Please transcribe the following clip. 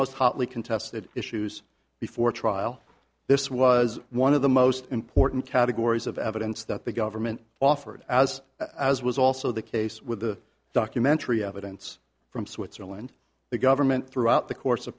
most hotly contested issues before trial this was one of the most important categories of evidence that the government offered as as was also the case with the documentary evidence from switzerland the government throughout the course of